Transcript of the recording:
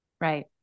Right